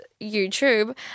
YouTube